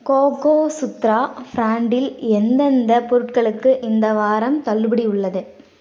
கோகோசுத்ரா ஃப்ராண்டில் எந்தெந்த பொருட்களுக்கு இந்த வாரம் தள்ளுபடி உள்ளது